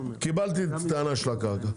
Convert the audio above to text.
קיבלתי את הטענה שלך קרקע.